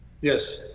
Yes